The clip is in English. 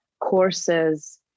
courses